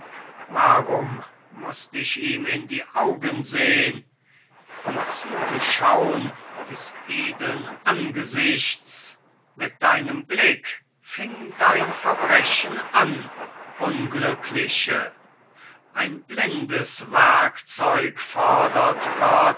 warum mußt ich ihm in die augen sehn die züge schaun des edeln angesichts mit deinem blick fing dein verbrechen an unglückliche ein blindes werkzeug fodert